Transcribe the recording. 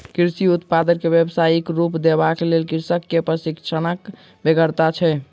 कृषि उत्पाद के व्यवसायिक रूप देबाक लेल कृषक के प्रशिक्षणक बेगरता छै